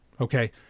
Okay